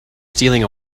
stealing